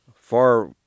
far